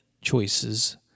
choices